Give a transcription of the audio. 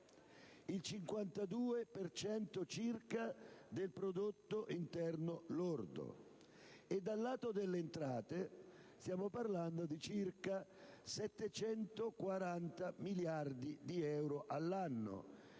cento circa del prodotto interno lordo, e dal lato delle entrate stiamo parlando di circa 740 miliardi di euro all'anno,